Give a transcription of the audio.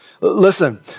Listen